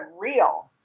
real